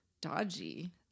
Dodgy